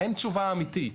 אין תשובה אמיתית.